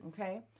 Okay